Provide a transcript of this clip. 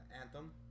Anthem